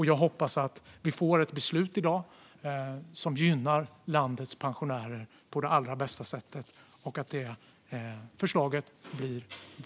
Jag hoppas att vi i dag får ett beslut som gynnar landets pensionärer på det allra bästa sättet och att det är vårt förslag.